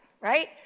right